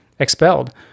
expelled